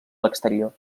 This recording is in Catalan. l’exterior